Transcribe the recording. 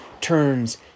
turns